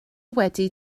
wedi